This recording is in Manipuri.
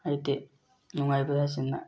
ꯑꯩꯗꯤ ꯅꯨꯡꯉꯥꯏꯕ ꯍꯥꯏꯁꯤꯅ